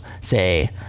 say